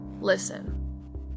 Listen